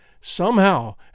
Somehow